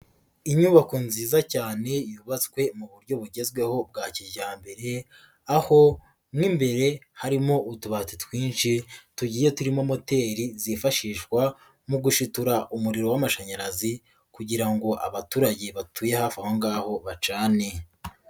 Inyubako nziza cyane yubatswe mu buryo bugezweho bwa kijyambere, aho mo imbere harimo utubati twinshi tugiye turimo moteri zifashishwa mu gushitura umuriro w'amashanyarazi kugira ngo abaturage batuye hafi aho ngaho bacane.